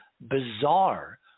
bizarre